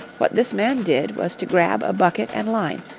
what this man did was to grab a bucket and line,